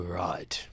right